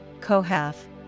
Kohath